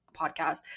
podcast